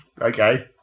Okay